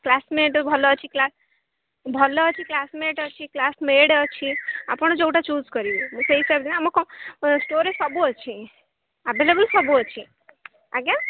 classmate ଭଲ ଅଛି ଭଲ ଅଛି କ୍ଲାସମେଟ୍ ଅଛି କ୍ଲାସ୍ମେଡ଼ ଅଛି ଆପଣ ଯୋଉଟା ଚୁଜ୍ କରିବେ ମୁଁ ସେଇ ହିସାବରେ ଆମ କଣ ଷ୍ଟୋର୍ ସବୁ ଅଛି ଆଭେଲେବୁଲ୍ ସବୁ ଅଛି ଆଜ୍ଞା